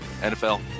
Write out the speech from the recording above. NFL